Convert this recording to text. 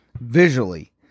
visually